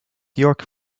york